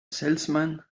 salesman